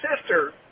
sister